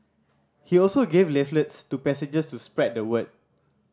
he also gave leaflets to passengers to spread the word